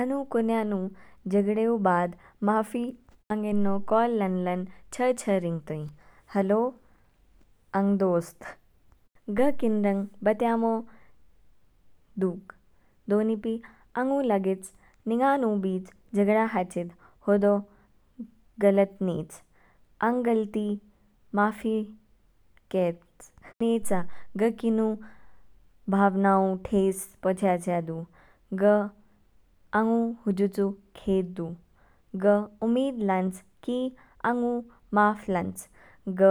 आनु कोन्या नु झगड़े ऊ बाद माफ़ी मंगेन्नो काल लान लान छ छ रिंग तोंई। हलो, आंग दोस्त ग किन रंग बत्यामो दू। दोनीपि आंगु लागेच निंगा नु बीच जगड़ा हचिद, होदो गलत नीच। आंग गलती माफ़ी कैच आ, ग किनु भावना ऊ ठेस पहुँच्याच्या दू। ग आंगु हुजु चू खेद दू, ग उम्मीद लांच की आंगु माफ लांच। ग